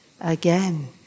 Again